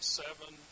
seven